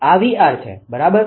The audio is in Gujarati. આ 𝑉𝑅 છે બરાબર